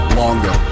longer